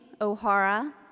O'Hara